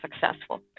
successful